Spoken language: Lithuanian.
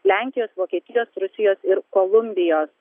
lenkijos vokietijos rusijos ir kolumbijos